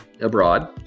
abroad